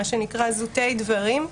מה שנקרא זוטי דברים,